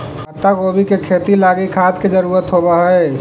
पत्तागोभी के खेती लागी खाद के जरूरत होब हई